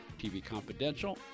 tvconfidential